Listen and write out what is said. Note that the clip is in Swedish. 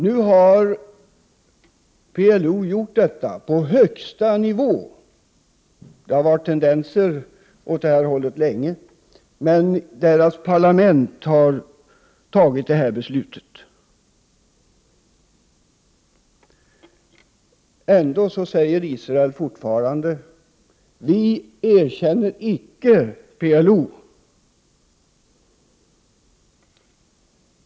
Nu har PLO gjort detta på högsta nivå. Tendenser i denna riktning har funnits länge, men parlamentet har nu fattat detta beslut. Ändå säger man från Israels sida fortfarande: Vi erkänner icke PLO.